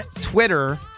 Twitter